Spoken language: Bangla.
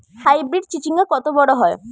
হাইব্রিড চিচিংঙ্গা কত বড় হয়?